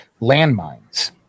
landmines